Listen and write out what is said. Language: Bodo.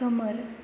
खोमोर